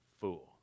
fool